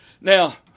Now